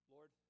Lord